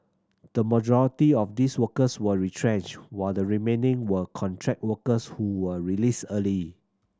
the majority of these workers were retrenched while the remaining were contract workers who were released early